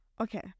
okay